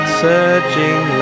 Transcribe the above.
surging